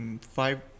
Five